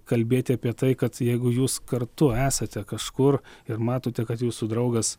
kalbėti apie tai kad jeigu jūs kartu esate kažkur ir matote kad jūsų draugas